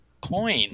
coin